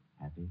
Happy